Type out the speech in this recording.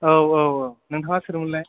औ औ नोंथाङा सोरमोनलाय